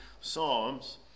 Psalms